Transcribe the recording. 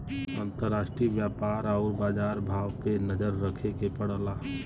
अंतराष्ट्रीय व्यापार आउर बाजार भाव पे नजर रखे के पड़ला